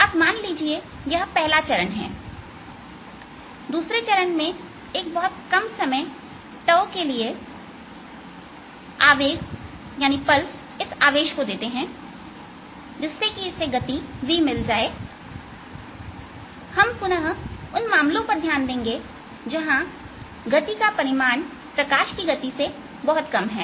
अब मान लीजिए यह पहला चरण है दूसरे चरण में एक बहुत कम समय 𝜏 के लिए आवेग इस आवेश को देते हैं जिससे इसे गति v मिल जाए और पुनः हम उन मामलों पर ध्यान देंगे जहां गति का परिमाण प्रकाश की गति से बहुत कम है